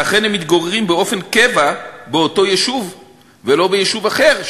שהם אכן מתגוררים באופן קבע באותו יישוב ולא ביישוב אחר,